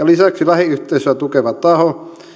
lisäksi lähiyhteisöä tukeva taho